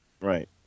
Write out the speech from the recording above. Right